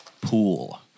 pool